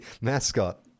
mascot